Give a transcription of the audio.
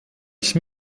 ich